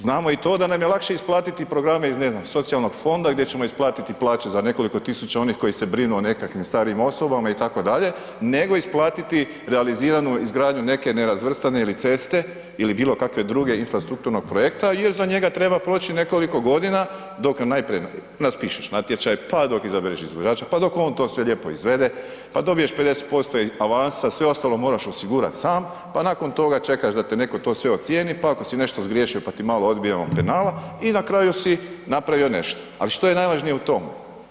Znamo i to da nam je lakše isplatiti programe z ne znam socijalnog fonda gdje ćemo isplatiti plaće za nekoliko tisuća onih koji se brinu o nekakvih starijim osobama itd., nego isplatit realiziranu izgradnju neke nerazvrstane ceste ili bilokakvog drugog infrastrukturnog projekta jer za njega treba proći nekoliko godina dok najprije raspišeš natječaj, pa dok izabereš izvođača, pa dok on to sve lijepo izvede, pa dobiješ 50% avans, sve ostalo moraš osigurat sam pa nakon toga čekaš da te netko to sve ocijeni pa ako si nešto zgriješio pa ti malo odbijemo penala, i na kraju si napravio nešto ali što je najvažnije u tome?